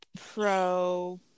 pro